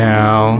now